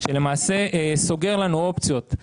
שלמעשה סוגר לנו אופציות.